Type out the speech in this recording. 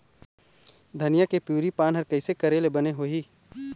धनिया के पिवरी पान हर कइसे करेले बने होही?